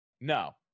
no